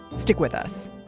stick with us